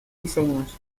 diseños